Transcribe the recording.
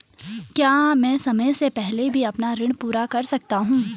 क्या मैं समय से पहले भी अपना ऋण पूरा कर सकता हूँ?